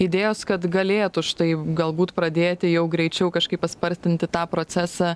idėjos kad galėtų štai galbūt pradėti jau greičiau kažkaip paspartinti tą procesą